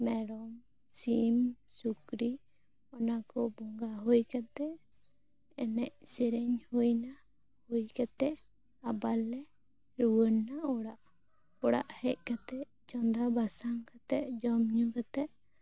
ᱢᱮᱨᱚᱢ ᱥᱤᱢ ᱥᱩᱠᱨᱤ ᱚᱱᱟ ᱠᱚ ᱵᱚᱸᱜᱟ ᱦᱩᱭ ᱠᱟᱛᱮ ᱮᱱᱮᱜ ᱥᱮᱨᱮᱧ ᱦᱩᱭᱮᱱᱟ ᱦᱩᱭ ᱠᱟᱛᱮ ᱟᱵᱟᱨ ᱞᱮ ᱨᱩᱣᱟ ᱲᱮᱱᱟ ᱚᱲᱟᱜ ᱚᱲᱟᱜ ᱦᱮᱡ ᱠᱟᱛᱮ ᱪᱚᱸᱫᱟ ᱵᱟᱥᱟᱝ ᱛᱮᱜ ᱡᱚᱢ ᱧᱩ ᱠᱟᱛᱮ